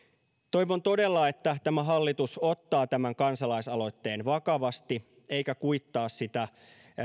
toivon todella että tämä hallitus ottaa tämän kansalaisaloitteen vakavasti eikä kuittaa sitä